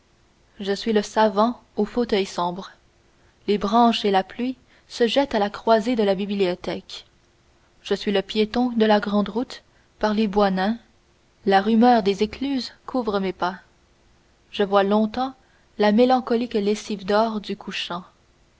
je suis le savant au fauteuil sombre les branches et la pluie se jettent à la croisée de la bibliothèque je suis le piéton de la grand'route par les bois nains la rumeur des écluses couvre mes pas je vois longtemps la mélancolique lessive d'or du couchant